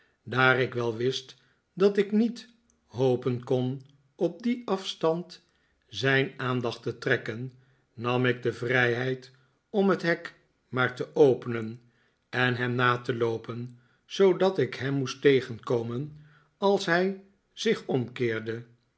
daar ik wel wist dat ik niet hopen kon op dien af stand zijn aandacht te trekken nam ik de vrijheid om het hek maar te openen en hem na te loopen zopdat ik hem moest tegenkomen als hij zich omkeerde